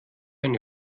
eine